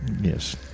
Yes